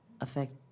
affect